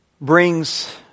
brings